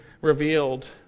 revealed